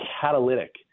catalytic